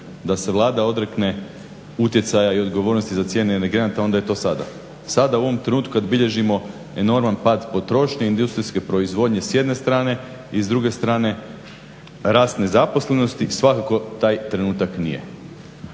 da se Vlada odrekne utjecaja i odgovornosti za cijene energenata onda je to sada, sada u ovom trenutku kad bilježimo enorman pad potrošnje industrijske proizvodnje s jedne strane i s druge strane rast nezaposlenosti. Svakako taj trenutak nije.